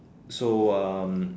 so um